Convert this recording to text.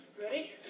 Ready